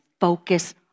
focus